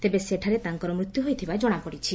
ତେବେ ସେଠାରେ ତାଙ୍କର ମୃତ୍ୟୁ ହୋଇଥିବା ଜଶାପଡିଛି